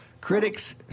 critics